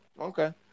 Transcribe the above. okay